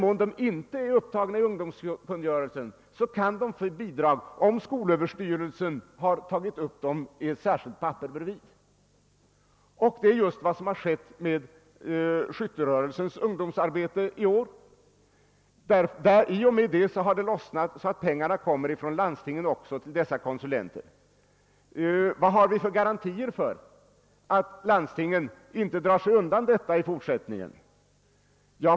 Är de inte det, kan de dock få bidrag om skolöverstyrelsen har tagit upp dem på en särskild handling bredvid, och det är just vad som har skett med skytterörelsens ungdomsarbete i år. Därmed har det lossnat så att landstingen har givit pengar också till dessa konsulenter. Men vad har vi för garantier för att landstingen inte drar sig undan dessa anslag i fort sättningen?